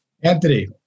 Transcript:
Anthony